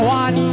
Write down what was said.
one